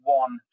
one